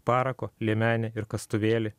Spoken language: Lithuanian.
parako liemenę ir kastuvėlį